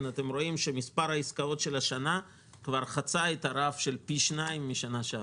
מספר העסקאות השנה כבר חצה את הרף של פי שניים משנה שעברה,